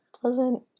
pleasant